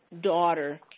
daughter